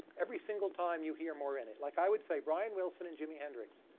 every single time you hear more in it? like i would say brian wilson and jimi hendrix.